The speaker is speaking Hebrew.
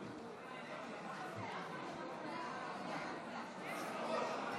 אדוני היושב-ראש, סליחה, רגע.